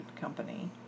company